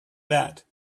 that